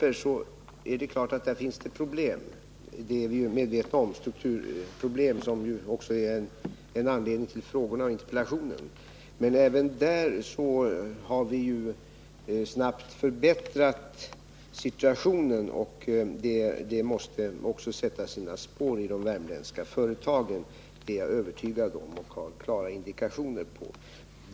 Vi är medvetna om att det där förekommer strukturproblem, som är en av anledningarna till frågan och interpellationen. Men även här har vi ju snabbt förbättrat situationen, och det måste också sätta sina spår i de värmländska företagen. Det är jag övertygad om, och jag har klara indikationer på det.